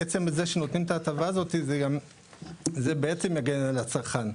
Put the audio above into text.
עצם זה שנותנים את ההטבה הזאת זה מגן על הצרכן,